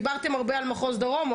דיברתם הרבה על מחוז דרום,